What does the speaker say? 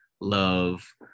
love